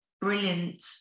brilliant